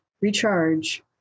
recharge